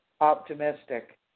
optimistic